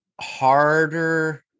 harder